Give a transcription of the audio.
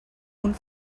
punt